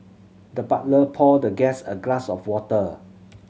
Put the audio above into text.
the butler poured the guest a glass of water